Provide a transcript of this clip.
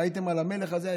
ראיתם על המלך הזה?